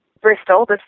Bristol